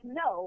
no